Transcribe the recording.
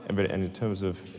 and but and terms of